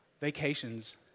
vacations